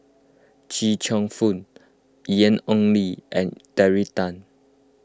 Chia Cheong Fook Ian Ong Li and Terry Tan